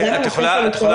וגם הנושא של --- שירות,